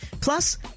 Plus